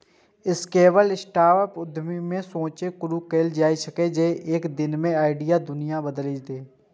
scalable startup उद्यमिता ई सोचसं शुरू कैल जाइ छै, जे एक दिन ई आइडिया दुनिया बदलि देतै